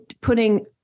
putting